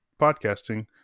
podcasting